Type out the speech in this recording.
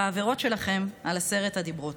בעבירות שלכם על עשרת הדיברות.